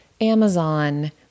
Amazon